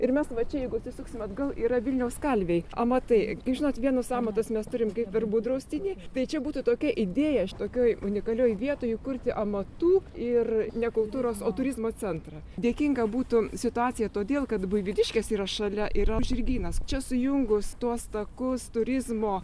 ir mes va čia jeigu atsisuksim atgal yra vilniaus kalviai amatai žinot vienus amatus mes turim kaip verbų draustinyje tai čia būtų tokia idėja šitokioj unikalioj vietoj įkurti amatų ir ne kultūros o turizmo centrą dėkinga būtų situacija todėl kad buivydiškės yra šalia yra žirgynas čia sujungus tuos takus turizmo